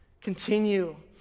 Continue